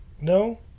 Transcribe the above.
No